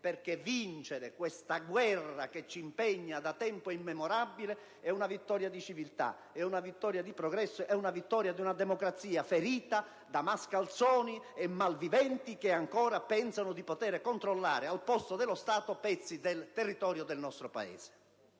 perché vincere questa guerra che ci impegna da tempo immemorabile è una vittoria di civiltà, è una vittoria di progresso, è una vittoria di una democrazia ferita da mascalzoni e malviventi che ancora pensano di poter controllare, al posto dello Stato, pezzi del territorio del nostro Paese.